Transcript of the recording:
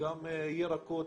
וגם ירקות,